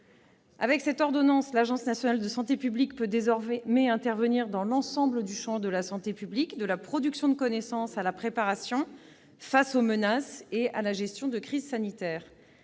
à cette ordonnance, l'Agence nationale de santé publique peut désormais intervenir dans l'ensemble du champ de la santé publique, de la production de connaissances à la préparation face aux menaces et à la gestion de crise sanitaire.